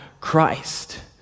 Christ